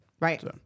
Right